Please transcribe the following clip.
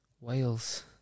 Wales